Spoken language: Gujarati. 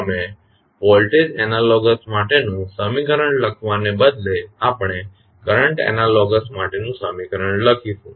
તમે વોલ્ટેજ એનાલોગસ માટેનું સમીકરણ લખવાને બદલે આપણે કરંટ એનાલોગસ માટેનું સમીકરણ લખીશું